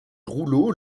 rouleaux